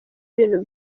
ibintu